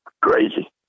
crazy